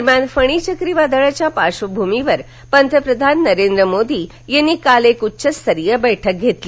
दरम्यान फणी चक्रीवादळाच्या पार्श्वभूमीवर पंतप्रधान नरेंद्र मोदी यांनी काल एक उच्चस्तरीय बैठक घेतली